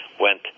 went